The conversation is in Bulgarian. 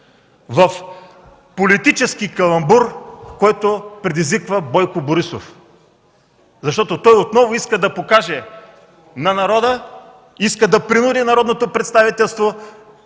в политически каламбур, който предизвиква Бойко Борисов. Той отново иска да покаже на народа, иска да принуди народното представителство